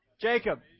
Jacob